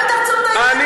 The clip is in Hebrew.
גם אם תעצום אתה עיניים,